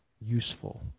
useful